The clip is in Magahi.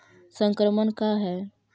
संक्रमण का है?